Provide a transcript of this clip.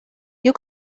you